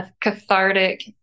cathartic